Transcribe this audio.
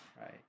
right